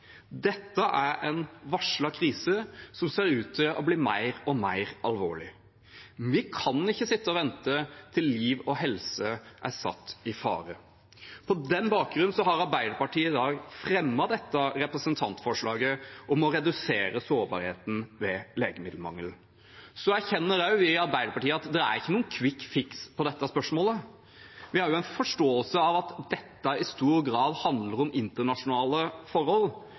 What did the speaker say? Dette er en varslet krise som ser ut til å bli mer og mer alvorlig. Vi kan ikke sitte og vente til liv og helse er satt i fare. På den bakgrunn har Arbeiderpartiet i dag fremmet dette representantforslaget om å redusere sårbarheten ved legemiddelmangel. Også vi i Arbeiderpartiet erkjenner at det ikke er noen kvikkfiks på dette spørsmålet. Vi har en forståelse av at dette i stor grad handler om internasjonale forhold.